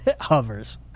hovers